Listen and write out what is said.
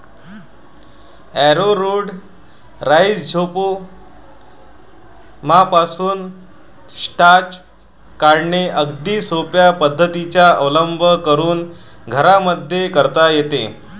arrowroot राईझोमपासून starch काढणे अगदी सोप्या पद्धतीचा अवलंब करून घरांमध्येही करता येते